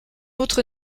autre